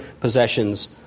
possessions